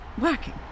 working